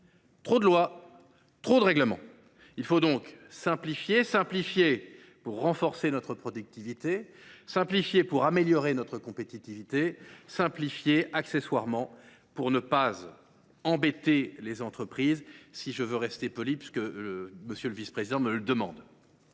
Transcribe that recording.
trop de lois, trop de règlements. Il faut donc simplifier : simplifier pour renforcer notre productivité ; simplifier pour améliorer notre compétitivité ; simplifier, accessoirement, pour ne pas « embêter » les entreprises si je veux rester poli, puisque M. le vice président me le demande.